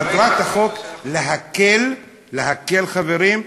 מטרת החוק להקל, להקל, חברים,